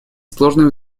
сложная